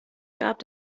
gab